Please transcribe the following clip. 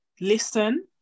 listen